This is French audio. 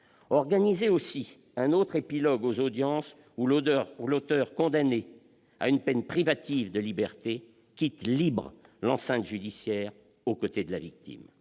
organiser un autre épilogue aux audiences à l'issue desquelles l'auteur condamné à une peine privative de liberté quitte libre l'enceinte judiciaire aux côtés de la victime.